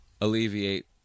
alleviate